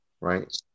right